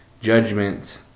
judgments